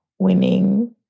winning